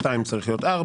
2 צריך להיות 4